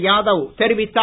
யாதவ் தெரிவித்தார்